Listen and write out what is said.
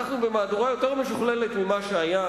אנחנו במהדורה יותר משוכללת ממה שהיה